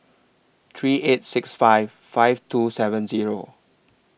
three eight six five five two seven Zero